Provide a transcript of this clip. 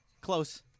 Close